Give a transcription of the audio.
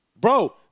Bro